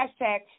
hashtag